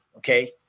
Okay